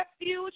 refuge